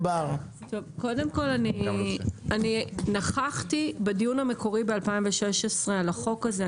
קודם כל נכחתי בדיון המקורי ב-2016 על החוק הזה.